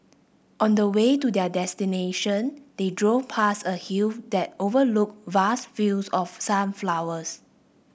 on the way to their destination they drove past a hill that overlooked vast fields of sunflowers